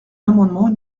l’amendement